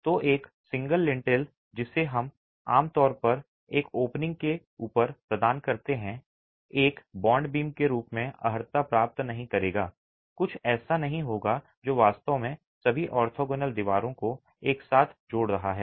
तो एक single lintel जिसे हम आम तौर पर एक ओपनिंग के ऊपर प्रदान करते हैं एक बॉन्ड बीम के रूप में अर्हता प्राप्त नहीं करेगा कुछ ऐसा नहीं होगा जो वास्तव में सभी ऑर्थोगोनल दीवारों को एक साथ जोड़ रहा है